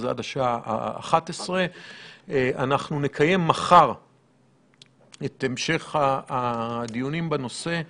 עד השעה 11:00. אנחנו נקיים מחר את המשך הדיונים בנושא.